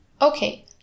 Okay